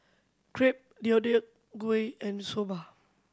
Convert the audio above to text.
Crepe Deodeok Gui and Soba